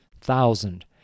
thousand